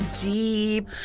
deep